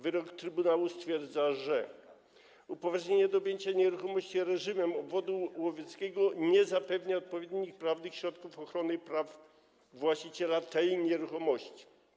Wyrok trybunału stwierdza, że upoważnienie do objęcia nieruchomości reżimem obwodu łowieckiego nie zapewnia odpowiednich prawnych środków ochrony praw właściciela tej nieruchomości.